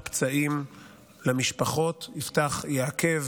יפתח פצעים למשפחות, יעכב